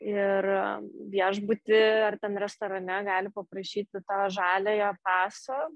ir viešbuty ar ten restorane gali paprašyti to žaliojo paso